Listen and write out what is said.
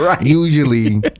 Usually